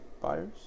buyers